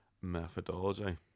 methodology